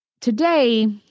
today